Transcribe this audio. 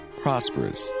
prosperous